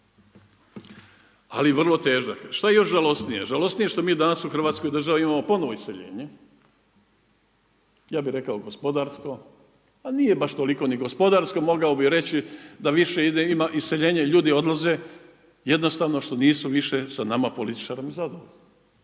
ali vrlo težak. Što je još žalosnije? Žalosnije je što mi danas u Hrvatskoj državi imamo ponovno iseljenje ja bih rekao gospodarsko, a nije baš toliko ni gospodarsko. Mogao bi reći da više ima iseljenje, ljudi odlaze jednostavno što nisu više sa nama političarima zadovoljni.